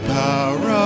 power